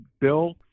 Bill